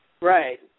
right